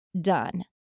done